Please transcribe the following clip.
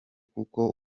kuko